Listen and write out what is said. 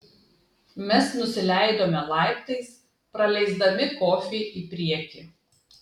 mes nusileidome laiptais praleisdami kofį į priekį